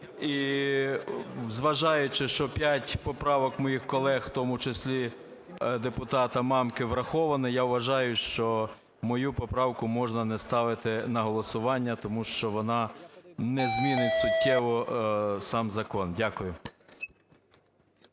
І зважаючи, що п'ять поправок моїх колег, в тому числі депутата Мамки, враховано, я вважаю, що мою поправку можна не ставити на голосування, тому що вона не змінить суттєво сам закон. Дякую.